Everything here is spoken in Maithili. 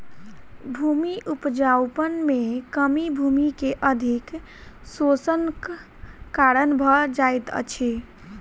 भूमि उपजाऊपन में कमी भूमि के अधिक शोषणक कारण भ जाइत अछि